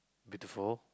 beautiful